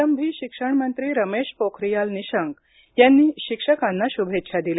आरंभी शिक्षण मंत्री रमेश पोखरियाल निशंक यांनी शिक्षकांना शुभेच्छा दिल्या